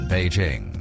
Beijing